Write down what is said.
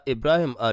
Ibrahim